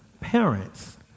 parents